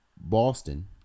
Boston